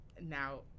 now